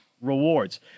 rewards